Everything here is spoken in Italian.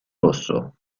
rosso